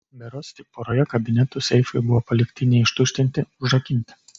berods tik poroje kabinetų seifai buvo palikti neištuštinti užrakinti